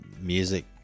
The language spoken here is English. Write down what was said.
music